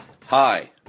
Hi